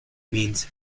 means